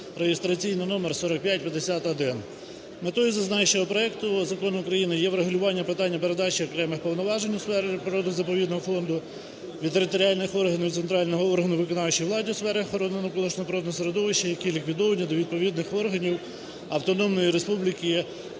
(реєстраційний № 4551). Метою зазначеного проекту закону України є врегулювання питання передачі окремих повноважень у сфері природно-заповідного фонду від територіальних органів центрального органу виконавчої влади у сфері охорони навколишнього природного середовища, які ліквідовані, до відповідних органів Автономної Республіки